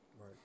Right